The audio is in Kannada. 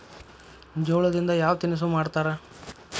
ಜೋಳದಿಂದ ಯಾವ ತಿನಸು ಮಾಡತಾರ?